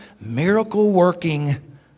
miracle-working